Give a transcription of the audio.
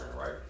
right